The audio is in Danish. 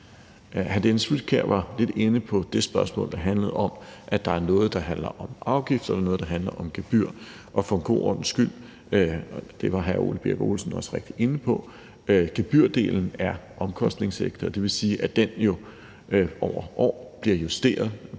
Hr. Dennis Flydtkjær var lidt inde på det spørgsmål, der handler om, at der er noget, der handler om afgift, og noget, der handler om gebyr, og for en god ordens skyld – det var hr. Ole Birk Olesen også rigtigt inde på – vil jeg sige, at gebyrdelen er omkostningsægte, og det vil sige, at den over år bliver justeret